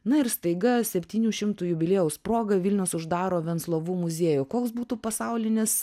na ir staiga septynių šimtų jubiliejaus proga vilnius uždaro venclovų muziejų koks būtų pasaulinis